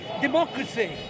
democracy